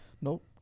Nope